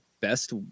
best